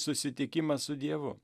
susitikimas su dievu